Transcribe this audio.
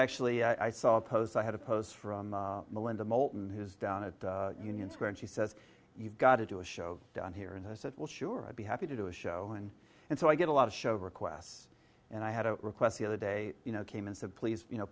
actually i saw a post i had a post from melinda moulton his down at union square and she says you've got to do a show down here and i said well sure i'd be happy to do a show and and so i get a lot of show requests and i had a request the other day you know came and said please you know